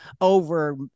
over